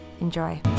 Enjoy